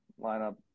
lineup